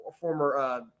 former